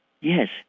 Yes